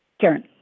Karen